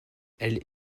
elle